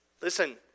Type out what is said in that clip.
listen